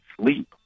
sleep